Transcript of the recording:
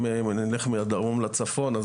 אם נלך מהדרום לצפון,